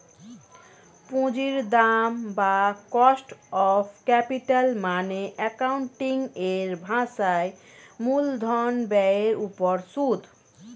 পুঁজির দাম বা কস্ট অফ ক্যাপিটাল মানে অ্যাকাউন্টিং এর ভাষায় মূলধন ব্যয়ের উপর সুদ